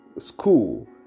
school